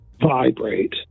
vibrate